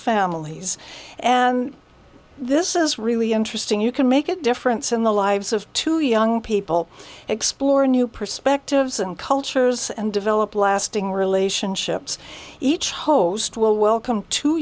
families and this is really interesting you can make a difference in the lives of two young people explore new perspectives and cultures and develop lasting relationships each host will welcome to